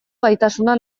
gaitasuna